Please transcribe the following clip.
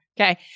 okay